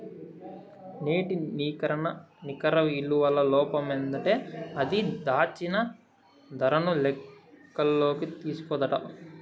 నేటి నికర ఇలువల లోపమేందంటే అది, దాచిన దరను లెక్కల్లోకి తీస్కోదట